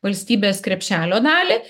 valstybės krepšelio dalį